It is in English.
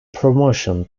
promotion